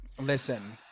Listen